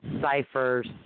ciphers